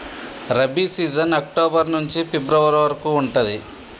rabi season October నుంచి February వరకు ఉంటది